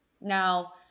now